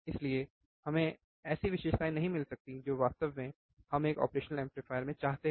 इसलिएहमें ऐसी विशेषताएँ नहीं मिल सकती जो वास्तव में हम एक ऑपरेशनल एंपलीफायर में चाहते हैं